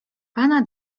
pana